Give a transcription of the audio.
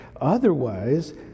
otherwise